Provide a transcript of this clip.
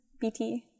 BT